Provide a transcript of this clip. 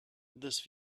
this